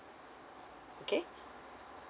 okay